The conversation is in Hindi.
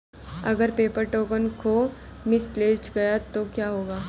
अगर पेपर टोकन खो मिसप्लेस्ड गया तो क्या होगा?